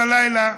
בלילה,